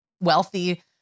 wealthy